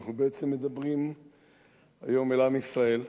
אנחנו בעצם מדברים היום על עם ישראל,